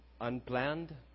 unplanned